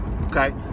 okay